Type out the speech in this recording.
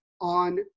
on